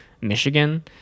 Michigan